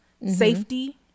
safety